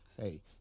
Hey